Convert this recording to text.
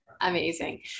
amazing